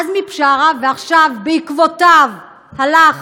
עזמי בשארה, ועכשיו בעקבותיו הלך